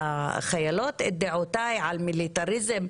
לא הבנתי למה אתה מפריע לי בדיבור שלי?